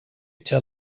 tell